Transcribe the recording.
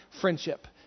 friendship